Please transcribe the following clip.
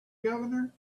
governor